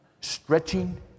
stretching